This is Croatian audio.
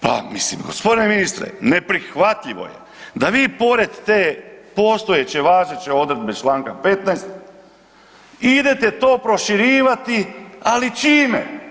Pa mislim g. ministre, neprihvatljivo je da vi pored te postojeće i važeće odredbe čl. 15. idete to proširivati, ali čime?